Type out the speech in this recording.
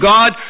God